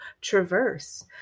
traverse